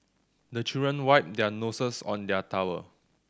the children wipe their noses on their towel